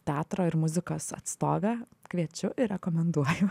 teatro ir muzikos atstovė kviečiu ir rekomenduoju